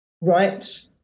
right